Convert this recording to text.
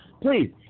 Please